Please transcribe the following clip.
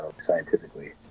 scientifically